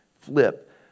flip